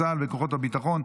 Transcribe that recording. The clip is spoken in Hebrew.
צה"ל וכוחות הביטחון.